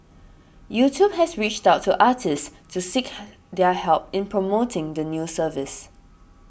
YouTube has reached out to artists to seek their help in promoting the new service